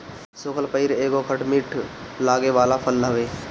सुखल बइर एगो खट मीठ लागे वाला फल हवे